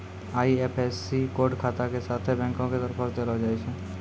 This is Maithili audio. आई.एफ.एस.सी कोड खाता के साथे बैंको के तरफो से देलो जाय छै